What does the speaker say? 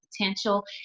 potential